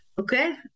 Okay